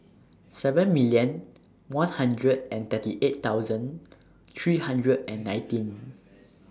seven million one hundred and thirty eight thousand three hundred and nineteen